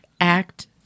Act